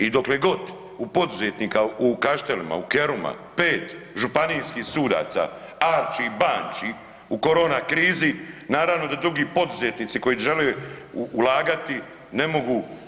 I doklegod u poduzetnika u Kaštelima u Keruma pet županijskih sudaca arči i banči u korona krizi, naravno da drugi poduzetnici koji žele ulagati ne mogu.